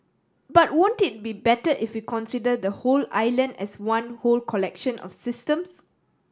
but won't it be better if we consider the whole island as one whole collection of systems